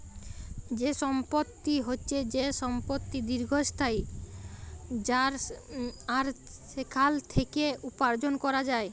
যে সম্পত্তি হচ্যে যে সম্পত্তি দীর্ঘস্থায়ী আর সেখাল থেক্যে উপার্জন ক্যরা যায়